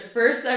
First